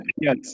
Yes